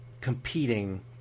competing